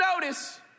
notice